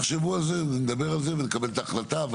תחשבו על זהו ונדבר על זה ונקבל את ההחלטה.